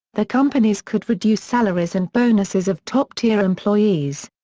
the companies could reduce salaries and bonuses of top-tier employees.